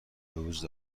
بوجود